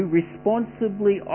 responsibly